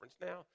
Now